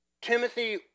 Timothy